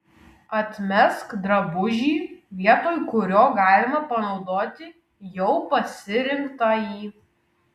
atmesk drabužį vietoj kurio galima panaudoti jau pasirinktąjį